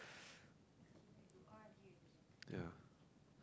ya